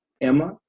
Emma